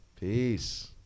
peace